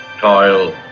toil